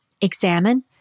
Examine